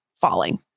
falling